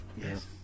Yes